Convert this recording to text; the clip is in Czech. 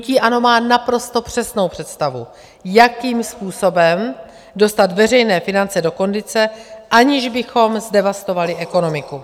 Hnutí ANO má naprosto přesnou představu, jakým způsobem dostat veřejné finance do kondice, aniž bychom zdevastovali ekonomiku.